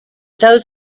those